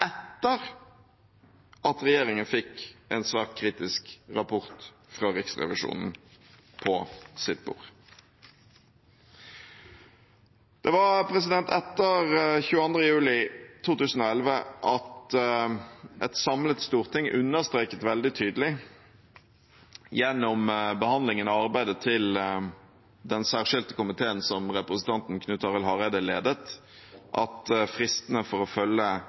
etter at regjeringen fikk en svært kritisk rapport fra Riksrevisjonen på sitt bord. Det var etter 22. juli 2011 at et samlet storting understreket veldig tydelig – gjennom behandlingen av arbeidet til Den særskilte komité, som representanten Knut Arild Hareide ledet – at fristene for å følge